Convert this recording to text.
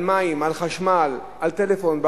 על מים, על חשמל, על טלפון,